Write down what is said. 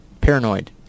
paranoid